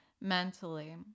mentally